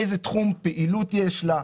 איזה תחום פעילות יש לה?